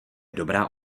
dobrá